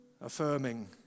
affirming